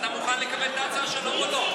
אתה מוכן לקבל את ההצעה שלו או לא?